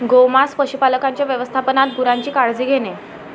गोमांस पशुपालकांच्या व्यवस्थापनात गुरांची काळजी घेणे